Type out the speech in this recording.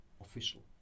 official